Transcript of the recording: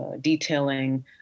detailing